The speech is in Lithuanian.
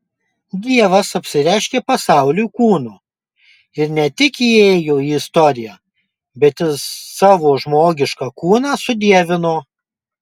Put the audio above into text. dievas apsireiškė pasauliui kūnu ir ne tik įėjo į istoriją bet ir savo žmogišką kūną sudievino